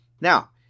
Now